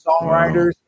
songwriters